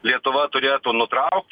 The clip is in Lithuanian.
lietuva turėtų nutraukt